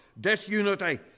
disunity